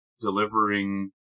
delivering